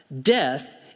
death